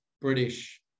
British